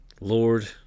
Lord